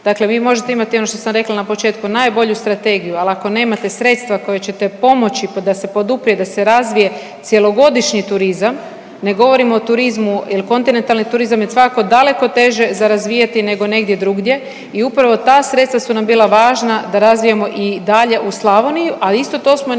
Dakle, vi možete imati ono što sam rekla na početku najbolju strategiju al ako nemate sredstva koja ćete pomoći da se poduprije da se razvije cjelogodišnji turizam, ne govorim o turizmu jel kontinentalni turizam je svakako daleko teže za razvijati nego negdje drugdje i upravo ta sredstva su nam bila važna da razvijemo i dalje u Slavoniju, a isto to smo i